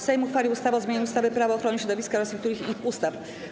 Sejm uchwalił ustawę o zmianie ustawy - Prawo ochrony środowiska oraz niektórych innych ustaw.